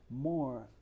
more